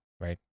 right